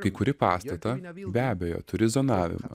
kai kuri pastatą be abejo turi zonavimą